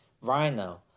Rhino